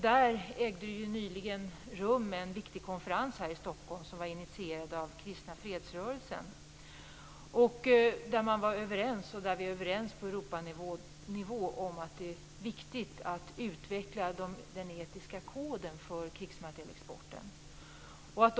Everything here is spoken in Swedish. Det ägde nyligen rum en viktig konferens här i Stockholm som var initierad av den kristna fredsrörelsen. Vi är överens på Europanivå om att det är viktigt att utveckla den etiska koden för krigsmaterielexporten.